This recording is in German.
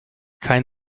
kein